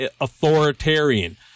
authoritarian